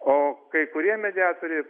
o kai kurie mediatoriai